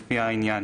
לפי העניין.